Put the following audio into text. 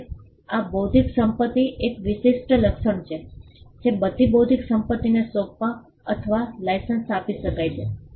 હવે આ બૌદ્ધિક સંપત્તિનું એક વિશિષ્ટ લક્ષણ છે જે બધી બૌદ્ધિક સંપત્તિને સોંપવા અથવા લાઇસન્સ આપી શકાય છે